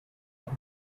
term